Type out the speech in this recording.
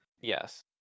yes